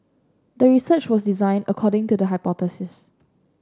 the research was designed according to the hypothesis